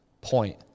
point